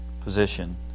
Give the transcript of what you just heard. position